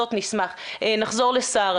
נחזור לשרה.